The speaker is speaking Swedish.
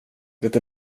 det